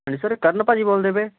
ਹਾਂਜੀ ਸਰ ਤਰਨ ਭਾਅ ਜੀ ਬੋਲਦੇ ਪਏ